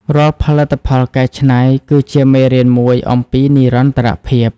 រាល់ផលិតផលកែច្នៃ គឺជាមេរៀនមួយអំពីនិរន្តរភាព។